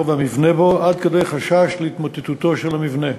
והמבנה בו עד כדי חשש להתמוטטות המבנה.